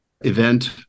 event